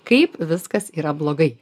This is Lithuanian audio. kaip viskas yra blogai